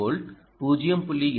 1 volt 0